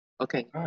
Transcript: Okay